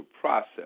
process